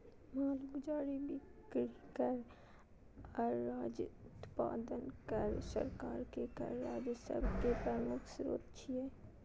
मालगुजारी, बिक्री कर आ राज्य उत्पादन कर सरकार के कर राजस्व के प्रमुख स्रोत छियै